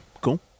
cool